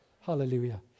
Hallelujah